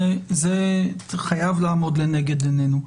זה חייב לעמוד לנגד עינינו.